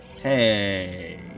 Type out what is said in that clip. Hey